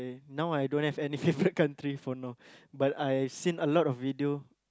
now I don't have any favourite country for now but I've seen a lot of video